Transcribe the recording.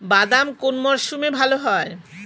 বাদাম কোন মরশুমে ভাল হয়?